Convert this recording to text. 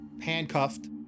handcuffed